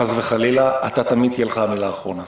חס וחלילה, לך תמיד תהיה המילה האחרונה.